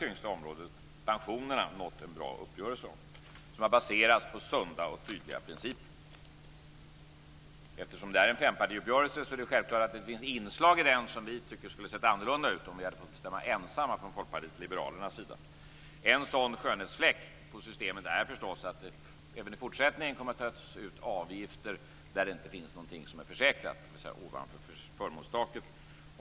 Dem har vi nått en bra uppgörelse om, och den är baserad på sunda och tydliga principer. Eftersom det rör sig om fempartiuppgörelse är det självklart att det finns inslag i den som vi tycker skulle ha sett annorlunda ut om vi från Folkpartiet liberalerna ensamma hade fått bestämma. En skönhetsfläck i systemet är förstås att det även i fortsättningen kommer att tas ut avgifter där det inte finns någonting som är försäkrat, dvs. ovanför förmånstaket.